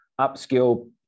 upskill